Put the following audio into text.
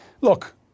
look